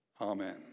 Amen